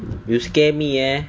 you scare me ah